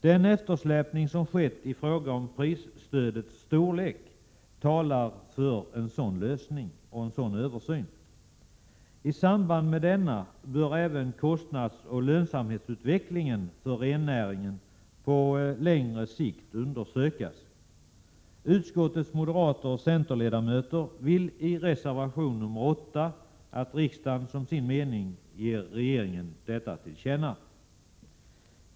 Den eftersläpning som skett i fråga om prisstödets storlek talar för en sådan översyn. I samband med denna bör även kostnadsoch lönsamhetsutvecklingen för rennäringen på längre sikt undersökas. Utskottets moderater och centerledamöter vill i reservation 8 att riksdagen som sin mening ger regeringen detta till känna.